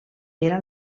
era